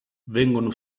vengono